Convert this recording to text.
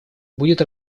будет